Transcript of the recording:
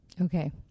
Okay